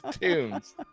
tunes